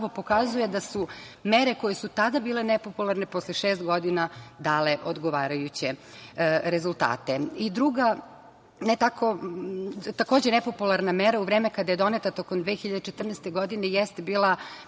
pokazuje da su mere koje su tada bile nepopularne, posle šest godina dale odgovarajuće rezultate. Druga, takođe, nepopularna mera u vreme kada je doneta, tokom 2014. godine, jeste bila